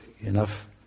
enough